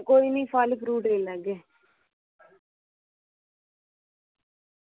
कोई निं फल फ्रूट लेई लैगे